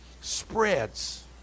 spreads